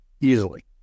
Easily